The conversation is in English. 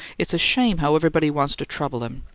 it's a shame how everybody wants to trouble him.